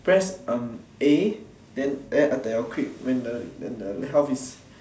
press um A then then attack your creep when the when the health is